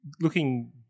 looking